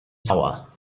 tower